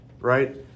right